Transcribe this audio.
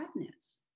cabinets